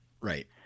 Right